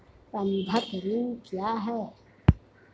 बंधक ऋण क्या है?